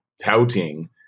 touting